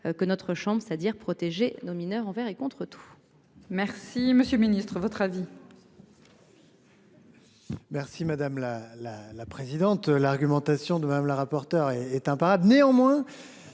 que notre chambre c'est-à-dire protéger nos mineurs envers et contre. Merci Monsieur le Ministre, votre avis. Merci madame la la la présidente l'argumentation de Madame la rapporteure est parade néanmoins